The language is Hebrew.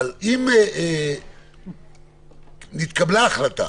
אם נתקבלה החלטה,